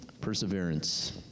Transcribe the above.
perseverance